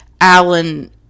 Alan